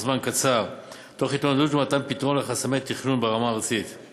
זמן קצר תוך התמודדות עם חסמי תכנון ברמה הארצית ומתן פתרון להם.